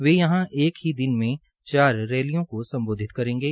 वे यहां एक ही दिन में चार रैलियों को संबोधित करेंगे